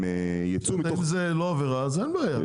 הם יצאו מתוך --- אם זה לא עבירה אז אין בעיה.